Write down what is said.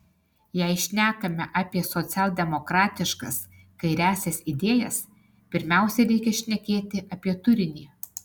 jei šnekame apie socialdemokratiškas kairiąsias idėjas pirmiausia reikia šnekėti apie turinį